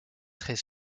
très